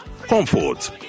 comfort